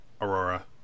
Aurora